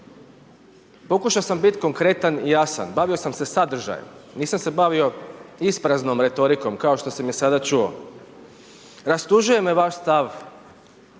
Pokušao sam biti konkretan i jasan, bavio sam se sadržaje, nisam se bavio ispraznom retorikom kao što si me sada čuo, rastužuje me vaš stav